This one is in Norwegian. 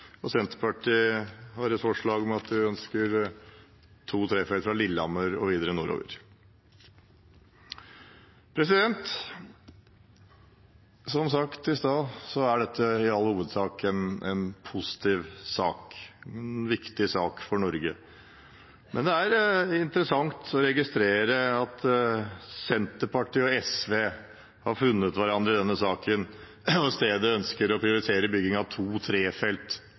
og Senterpartiet har forslag om to-/trefeltsvei fra Lillehammer og videre nordover. Som sagt i stad er dette i all hovedsak en positiv og viktig sak for Norge, men det er interessant å registrere at Senterpartiet og SV har funnet hverandre i denne saken og i stedet ønsker å priorotere bygging av